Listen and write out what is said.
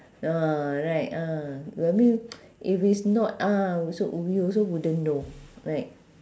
ah right ah I mean if is not ah so we also we also wouldn't know right